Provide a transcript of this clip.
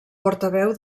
portaveu